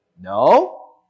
No